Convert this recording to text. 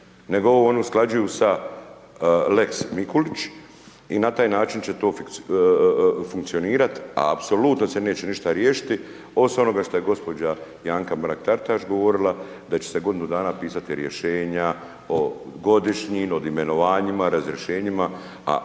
nego ovo oni usklađuju sa lex Mikulić i na taj način će to funkcionirati, a apsolutno se neće ništa riješiti, osim onoga što je gospođa Anka Mrak Taritaš govorila da će se godinu dana pisati rješenja o godišnjim, o imenovanjima, razrješenjima, a